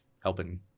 helping